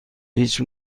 هیچ